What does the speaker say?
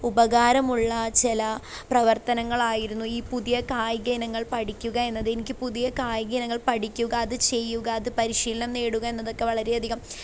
ഉപകാരമുള്ള ചില പ്രവർത്തനങ്ങളായിരുന്നു ഈ പുതിയ കായിക ഇനങ്ങൾ പഠിക്കുക എന്നത് എനിക്ക് പുതിയ കായിക ഇനങ്ങൾ പഠിക്കുക അത് ചെയ്യുക അത് പരിശീലനം നേടുക എന്നതൊക്കെ വളരെയധികം